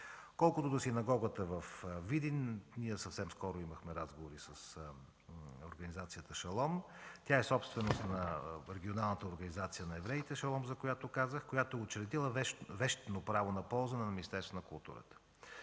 Колкото до синагогата във Видин, ние съвсем скоро имахме разговори с организацията „Шалом”. Тя е собственост на регионалната организация на евреите „Шалом”, за която казах, която е учредила вещно право на ползване на Министерството на културата.